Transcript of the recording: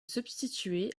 substituer